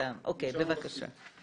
אוקיי, בבקשה.